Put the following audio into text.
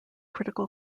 critical